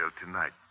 tonight